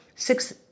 six